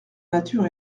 nature